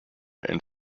and